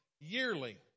yearly